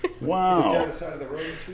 wow